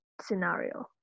scenario